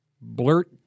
blurt